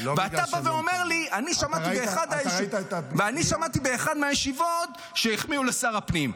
ואתה בא ואומר לי: אני שמעתי באחת הישיבות שהחמיאו לשר הפנים.